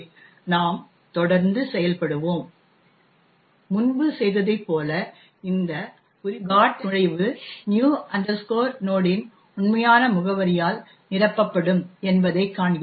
நாம் தொடர்ந்து செயல்படுவோம் முன்பு செய்ததைப் போல இந்த குறிப்பிட்ட GOT நுழைவு நியூ நோட்new node இன் உண்மையான முகவரியால் நிரப்பப்படும் என்பதைக் காண்கிறோம்